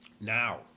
Now